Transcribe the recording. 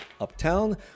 uptown